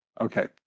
Okay